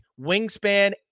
wingspan